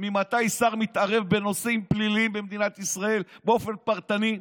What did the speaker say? ממתי שר מתערב בנושאים פליליים במדינת ישראל באופן פרטני?